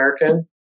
American